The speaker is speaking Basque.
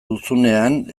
duzunean